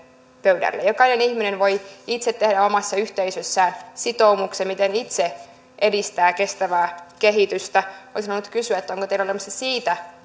pöydälle jokainen ihminen voi itse tehdä omassa yhteisössään sitoumuksen miten itse edistää kestävää kehitystä olisin halunnut kysyä onko teillä olemassa siitä